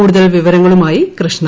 കൂടുതൽ വിവരങ്ങളുമായി കൃഷ്ണ